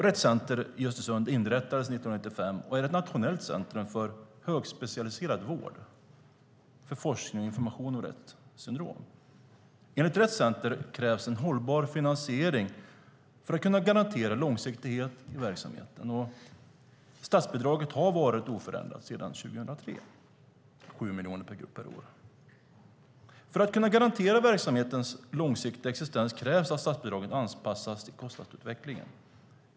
Rett Center i Östersund inrättades 1995 och är ett nationellt centrum för högspecialiserad vård av samt forskning och information om Retts syndrom. Enligt Rett Center krävs en hållbar finansiering för att kunna garantera långsiktighet i verksamheten. Statsbidraget har varit oförändrat sedan 2003 - 7 miljoner per år. För att kunna garantera verksamhetens långsiktiga existens krävs att statsbidraget anpassas till kostnadsutvecklingen.